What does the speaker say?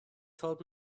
told